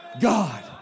God